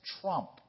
trump